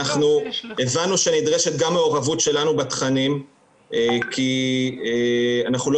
אנחנו הבנו שנדרשת גם מעורבות שלנו בתכנים כי אנחנו לא